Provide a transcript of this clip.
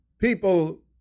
people